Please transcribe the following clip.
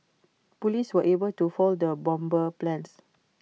Police were able to foil the bomber's plans